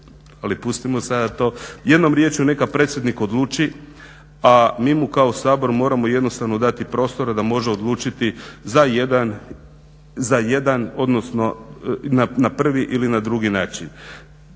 ali pustimo sada to. Jednom riječju neka predsjednik odluči, a mi mu kao Sabor moramo jednostavno dati prostora da može odlučiti za jedan, odnosno na prvi ili na drugi način.